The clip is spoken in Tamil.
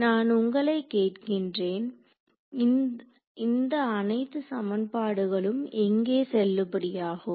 நான் உங்களைக் கேட்கிறேன் இந்த அனைத்து சமன்பாடுகளும் எங்கே செல்லுபடியாகும்